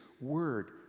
word